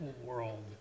world